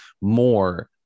more